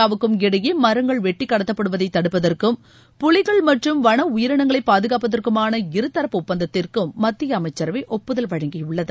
மியான்மருக்கும் இந்தியாவுக்கும் இடையே மரங்கள் வெட்டிக் கடத்தப்படுவதை தடுப்பதற்கும் புலிகள் மற்றும் வள உயிரினங்களை பாதுகாப்பதற்குமான இருதரப்பு ஒப்பந்தத்திற்கும் மத்திய அமைச்சரவை ஒப்புதல் வழங்கியுள்ளது